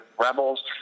Rebels